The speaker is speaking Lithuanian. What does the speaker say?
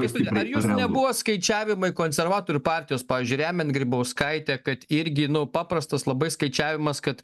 kęstuti jūs nebuvo skaičiavimai konservatorių partijos pavyzdžiui remiant grybauskaitę kad irgi nu paprastas labai skaičiavimas kad